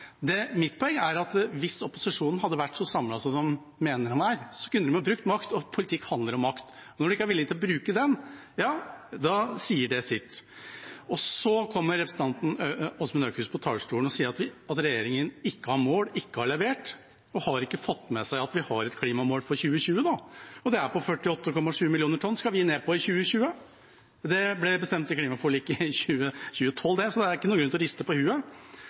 de mener de er, kunne de ha brukt makt. Politikk handler om makt, og når de ikke er villige til å bruke den, sier det sitt. Så kommer representanten Åsmund Aukrust på talerstolen og sier at regjeringa ikke har mål og ikke har levert. Han har ikke fått med seg at vi har et klimamål for 2020. 48,7 millioner tonn skal vi ned på i 2020. Det ble bestemt i klimaforliket i 2012, så det er ingen grunn til å riste på